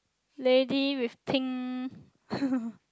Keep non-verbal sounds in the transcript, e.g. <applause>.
lady with pink <laughs>